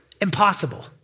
Impossible